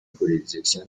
jurisdicción